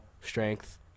Strength